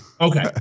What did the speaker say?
Okay